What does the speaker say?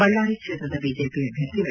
ಬಳ್ಳಾರಿ ಕ್ಷೇತ್ರದ ಬಿಜೆಪಿ ಅಭ್ಯರ್ಥಿ ವೈ